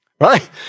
right